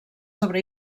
sobre